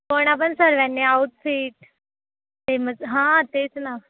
कोणा पण सर्वांनी आउटफिट फेमस हां तेच ना